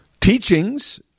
teachings